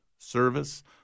service